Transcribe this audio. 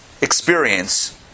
experience